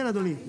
כן, אדוני.